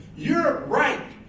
you're right.